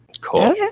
Cool